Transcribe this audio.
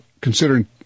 considering